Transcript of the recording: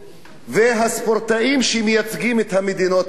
ועל הספורטאים שמייצגים את המדינות האלה.